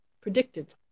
predicted